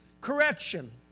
Correction